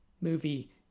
movie